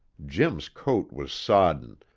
jim's coat was sodden,